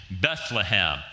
Bethlehem